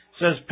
says